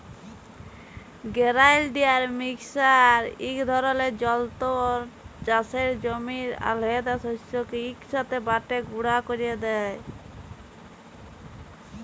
grinder mixer ইক ধরলের যল্তর চাষের জমির আলহেদা শস্যকে ইকসাথে বাঁটে গুঁড়া ক্যরে দেই